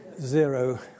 zero